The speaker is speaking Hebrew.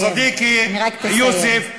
וצדיקי יוסף,